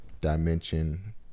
dimension